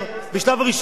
בשלב ראשון.